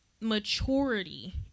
maturity